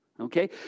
okay